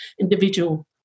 individual